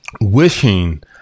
wishing